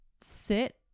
sit